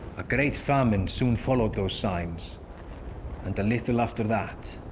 a great famine soon followed those signs and a little after that,